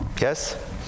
Yes